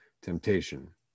temptation